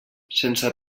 sense